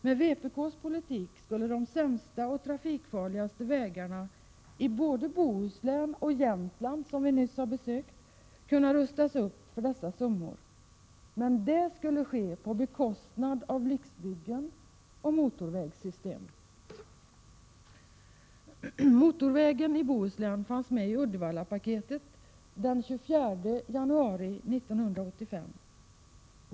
Med vpk:s politik skulle de sämsta och trafikfarligaste vägarna i både Bohuslän och Jämtland, som vi nyss har besökt, kunna rustas upp för dessa summor. Men det skulle ske på bekostnad av riksbyggen och motorvägssystem. Motorvägen i Bohuslän fanns med i Uddevallapaketet den 24 januari 1985.